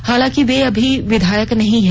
हालांकि वे अभी विधायक नहीं हैं